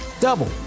double